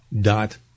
dot